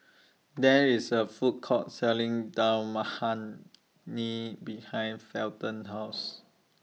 There IS A Food Court Selling Dal Makhani behind Felton's House